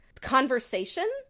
conversation